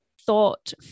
thought